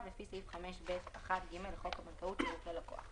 בגלל שאנחנו מניחים שיהיה איזשהו לקוח